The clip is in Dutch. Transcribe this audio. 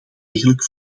degelijk